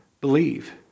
believe